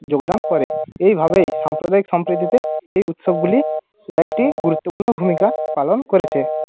যোগদান করে এইভাবেই সাম্প্রদায়িক সম্প্রীতিতে এই উৎসবগুলি একটি গুরুত্বপূর্ণ ভূমিকা পালন করেছে